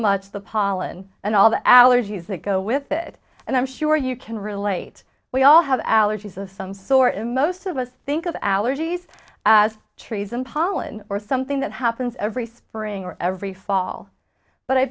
much the pollen and all the allergies that go with it and i'm sure you can relate we all have allergies of some sort and most of us think of allergies as trees and pollen or something that happens every spring or every fall but i